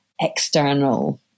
external